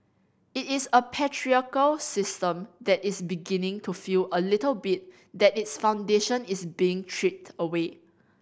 it is a patriarchal system that is beginning to feel a little bit that its foundation is being chipped away